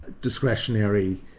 discretionary